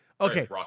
okay